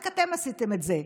רק אתם עשיתם את זה.